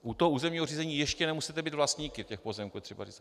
U toho územního řízení ještě nemusíte být vlastníky těch pozemků, je třeba říct.